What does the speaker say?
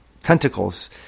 tentacles